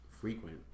frequent